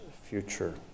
future